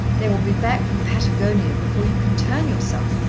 they will be back from patagonia before you can turn yourself,